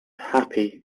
happy